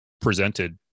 presented